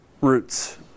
roots